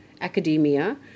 academia